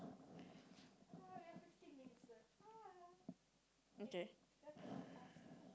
okay